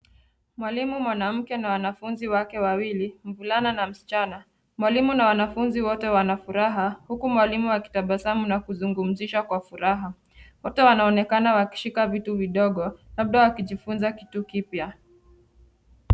Mwalimu mwanamke na wanafunzi wake wawili, mvulana na msichana, mwalimu na wanafunzi wote wanafuraha huku mwalimu akitabasamu na kusungumzisha kwa furaha, wote wanaonekana wakishika vitu vidogo labda wakijifunza kitu kipya.